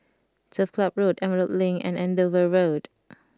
Turf Club Road Emerald Link and Andover Road